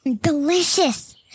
Delicious